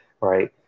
right